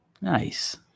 Nice